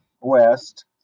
west